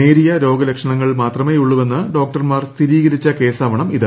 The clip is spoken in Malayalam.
നേരിയ രോഗലക്ഷണങ്ങൾ മാത്രമേയുള്ളൂവെന്ന് ഡോക്ടർമാർ സ്ഥിരീകരിച്ച കേസാവണം ഇത്